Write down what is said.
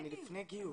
אני לפני גיוס.